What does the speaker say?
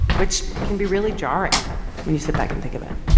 which can be really jarring when you sit back and think of it.